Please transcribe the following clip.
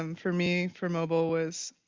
um for me for mobile was